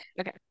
Okay